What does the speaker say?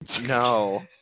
No